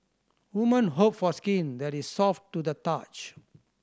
women hope for skin that is soft to the touch